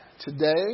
today